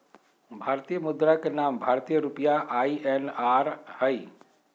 भारतीय मुद्रा के नाम भारतीय रुपया आई.एन.आर हइ